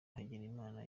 hagenimana